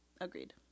Agreed